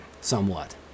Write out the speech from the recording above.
Somewhat